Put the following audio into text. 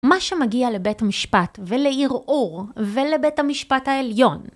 מה שמגיע לבית המשפט ולערעור ולבית המשפט העליון.